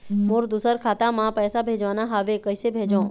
मोर दुसर खाता मा पैसा भेजवाना हवे, कइसे भेजों?